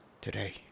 today